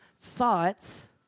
thoughts